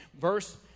verse